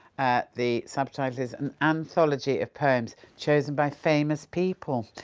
the subtitle is an anthology of poems chosen by famous people,